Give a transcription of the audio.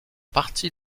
partie